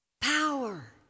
power